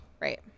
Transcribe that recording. Right